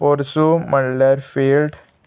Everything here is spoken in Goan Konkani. पोरसूं म्हणल्यार फिल्ड